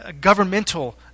governmental